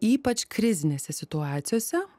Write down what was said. ypač krizinėse situacijose